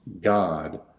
God